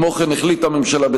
כמו כן החליטה הממשלה,